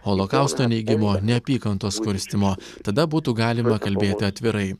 holokausto neigimo neapykantos kurstymo tada būtų galima kalbėti atvirai